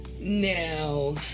Now